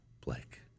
Blake